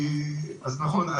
אז נכון,